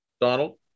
Donald